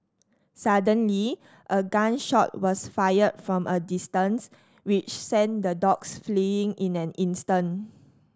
suddenly a gun shot was fired from a distance which sent the dogs fleeing in an instant